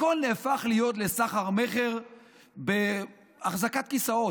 הכול נהפך להיות לסחר-מכר בהחזקת כיסאות,